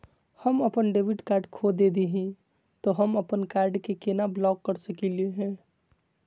हम अपन debit card खो दे ही, त हम अप्पन कार्ड के केना ब्लॉक कर सकली हे?